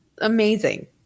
amazing